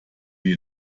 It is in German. wie